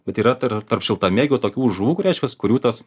bet yra tarp tarp šiltamėgių tokių žuvų kur reiškias kurių tas